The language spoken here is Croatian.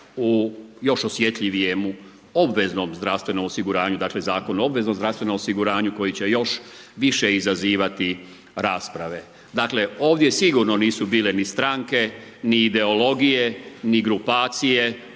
u još osjetljivijem obveznom zdravstvenom osiguranju, dakle Zakon o obveznom zdravstvenom osiguranju koji će još više izazivati rasprave. Dakle, ovdje sigurno nisu bile ni stranke, ni ideologije, ni grupacije.